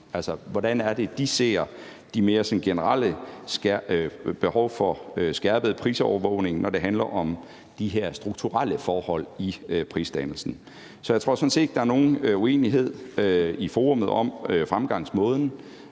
at de ser de mere generelle behov for skærpet prisovervågning, når det handler om de her strukturelle forhold i prisdannelsen. Så jeg tror sådan set ikke, at der er nogen uenighed i forummet om fremgangsmåden.